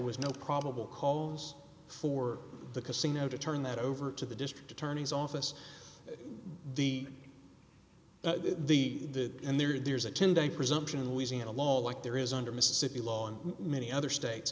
was no probable cause for the casino to turn that over to the district attorney's office the the that and there's a ten day presumption in louisiana law like there is under mississippi law and many other states